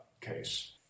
case